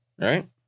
Right